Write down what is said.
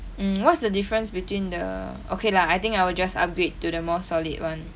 mm what's the difference between the okay lah I think I will just upgrade to the more solid [one]